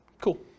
Cool